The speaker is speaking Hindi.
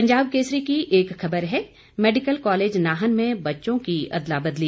पंजाब केसरी की एक खबर है मैडिकल कॉलेज नाहन में बच्चों की अदला बदली